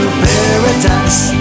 paradise